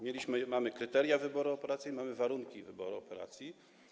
Mamy kryteria wyboru operacji i mamy warunki wyboru operacji.